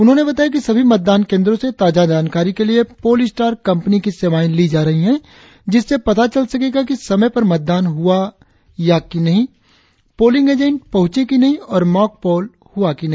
उन्होंने बताया कि सभी मतदान केंद्रों से ताजा जानकारी के लिए पोल स्टार कंपनी की सेवाएं ली जा रही है जिससे पता चल सकेगा की समय पर मतदान शुरु हुआ की नही पोलिंग एजेंट पहुंचे की नहीं और मॉक पोल हुआ की नहीं